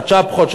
בצ'פחות,